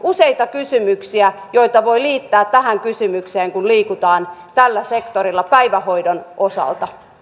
useita kysymyksiä joita voi liittää tähän kysymykseen kun liikutaan tällä sektorilla päivähoidon osalta